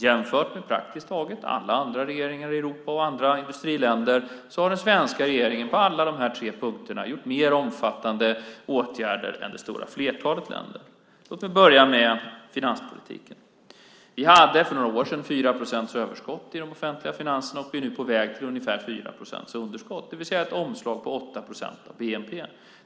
Jämfört med praktiskt taget alla andra regeringar i Europa och i andra industriländer har den svenska regeringen på alla tre punkterna vidtagit mer omfattande åtgärder än man vidtagit i det stora flertalet länder. Låt mig börja med finanspolitiken. För några år sedan hade vi 4 procents överskott i de offentliga finanserna. Nu är vi på väg mot ungefär 4 procents underskott - det vill säga ett omslag på 8 procent av bnp.